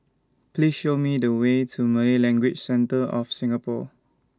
Please Show Me The Way to Malay Language Centre of Singapore